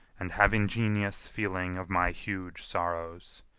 and have ingenious feeling of my huge sorrows!